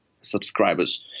subscribers